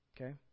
Okay